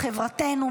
חברתנו,